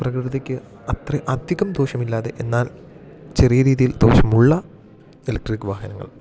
പ്രകൃതിക്ക് അത്ര അധികം ദോഷമില്ലാതെ എന്നാൽ ചെറിയ രീതീൽ ദോഷമുള്ള ഇലക്ട്രിക് വാഹനങ്ങൾ